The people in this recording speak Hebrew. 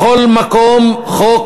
בכל מקום חוק